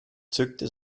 zückte